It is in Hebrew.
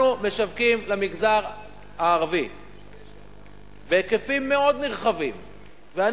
אנחנו משווקים למגזר הערבי בהיקפים נרחבים מאוד.